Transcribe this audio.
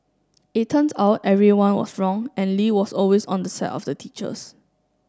it turns out everyone was wrong and Lee was always on the side of the teachers